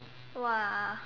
!woah!